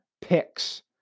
picks